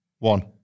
One